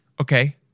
Okay